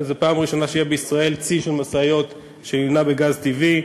זאת הפעם הראשונה שיהיה בישראל צי של משאיות שמונעות בגז טבעי.